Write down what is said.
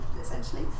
essentially